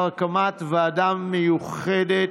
הקמת ועדה מיוחדת